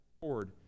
forward